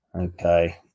Okay